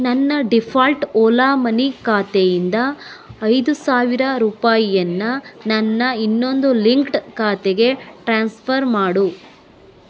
ನನ್ನ default Ola Money ಖಾತೆಯಿಂದ ಐದು ಸಾವಿರ ರೂಪಾಯಿಯನ್ನ ನನ್ನ ಇನ್ನೊಂದು ಲಿಂಕ್ಡ್ ಖಾತೆಗೆ ಟ್ರಾನ್ಸ್ಫರ್ ಮಾಡು